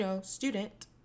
student